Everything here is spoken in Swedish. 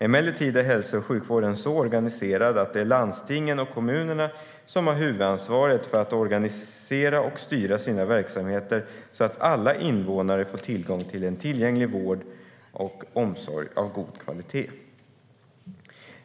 Emellertid är hälso och sjukvården så organiserad att det är landstingen och kommunerna som har huvudansvaret för att organisera och styra sina verksamheter så att alla invånare får tillgång till en tillgänglig vård och omsorg av god kvalitet.